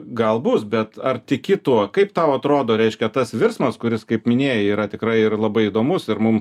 gal bus bet ar tiki tuo kaip tau atrodo reiškia tas virsmas kuris kaip minėjai yra tikrai labai įdomus ir mum